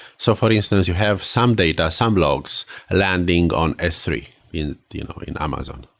so for instance, you have some data, some logs landing on s three in you know in amazon.